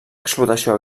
explotació